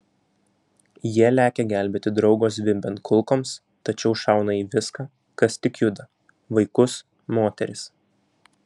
jie lekia gelbėti draugo zvimbiant kulkoms tačiau šauna į viską kas tik juda vaikus moteris